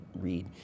read